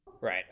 Right